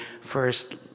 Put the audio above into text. first